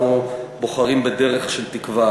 אנחנו בוחרים בדרך של תקווה.